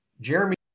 Jeremy